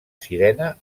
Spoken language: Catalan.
sirena